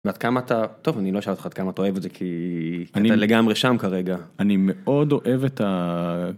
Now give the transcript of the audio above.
עד כמה אתה טוב אני לא שואל אותך כמה אתה אוהב את זה כי אני לגמרי שם כרגע אני מאוד אוהב את.